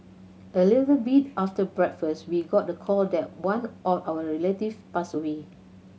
a little bit after breakfast we got the call that one of our relatives passed away